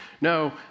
No